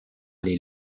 les